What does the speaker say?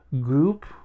group